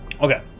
Okay